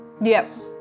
Yes